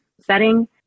setting